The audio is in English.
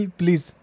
please